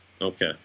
okay